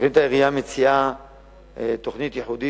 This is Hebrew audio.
תוכנית העירייה מציעה תוכנית ייחודית,